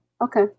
Okay